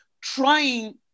trying